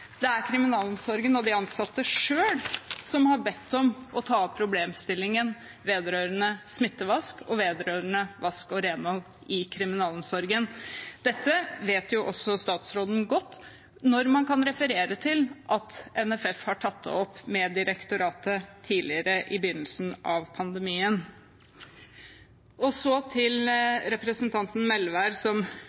Det er kriminalomsorgen og de ansatte selv som har bedt om at problemstillingen vedrørende smittevask og vedrørende vask og renhold i kriminalomsorgen blir tatt opp. Dette vet også statsråden godt, når man kan referere til at NFF har tatt det opp med direktoratet tidligere, i begynnelsen av pandemien. Så til representanten Melvær, som